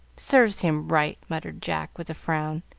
serves him right, muttered jack, with a frown.